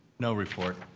no report.